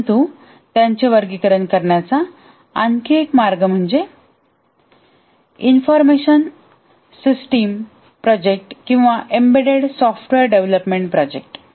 परंतु त्यांचे वर्गीकरण करण्याचा आणखी एक मार्ग म्हणजे इन्फॉर्मेशन सिस्टम प्रोजेक्ट किंवा एम्बेड्डेड सॉफ्टवेअर डेव्हलपमेंट प्रोजेक्ट